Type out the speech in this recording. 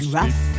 rough